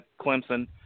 Clemson